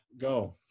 go